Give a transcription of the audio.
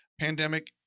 pandemic